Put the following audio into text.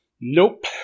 Nope